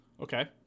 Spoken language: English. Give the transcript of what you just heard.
Okay